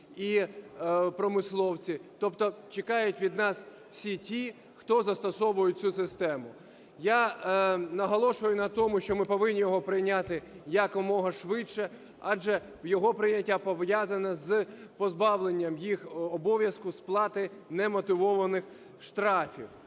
і промисловці, тобто чекають від нас всі ті, хто застосовують цю систему. Я наголошую на тому, що ми повинні його прийняти якомога швидше, адже його прийняття пов'язане з позбавленням їх обов'язку сплати немотивованих штрафів.